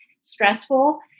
stressful